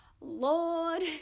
Lord